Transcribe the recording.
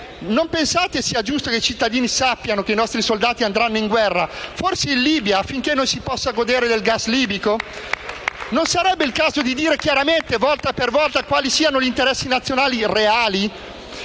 Non pensate sia giusto che i cittadini sappiano che i nostri soldati andranno in guerra, forse in Libia, affinché noi si possa godere del gas libico? *(Applausi dal Gruppo M5S)*. Non sarebbe il caso di dire chiaramente, volta per volta, quali siano gli interessi nazionali reali?